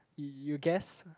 you guess